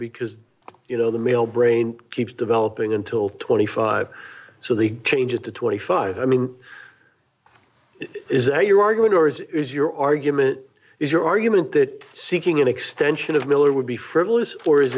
because the male brain keeps developing until twenty five so they change it to twenty five i mean is that your argument or is your argument is your argument that seeking an extension of miller would be frivolous or is